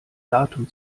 datum